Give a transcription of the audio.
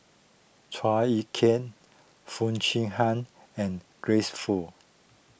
Chua Ek Kay Foo Chee Han and Grace Fu